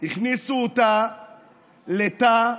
הכניסו אותה לתא,